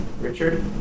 Richard